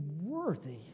worthy